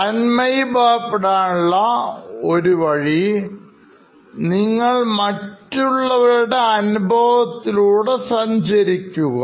തന്മയിഭവപ്പെടാനുള്ള ഒരു വഴി നിങ്ങൾ മറ്റുള്ളവരുടെ അനുഭവത്തിലൂടെ സഞ്ചരിക്കുക